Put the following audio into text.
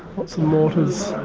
lots of mortars.